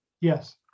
Yes